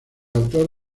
autor